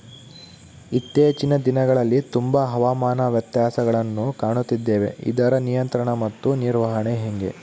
ಇತ್ತೇಚಿನ ದಿನಗಳಲ್ಲಿ ತುಂಬಾ ಹವಾಮಾನ ವ್ಯತ್ಯಾಸಗಳನ್ನು ಕಾಣುತ್ತಿದ್ದೇವೆ ಇದರ ನಿಯಂತ್ರಣ ಮತ್ತು ನಿರ್ವಹಣೆ ಹೆಂಗೆ?